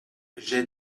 j’ai